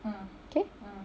okay